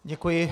Děkuji.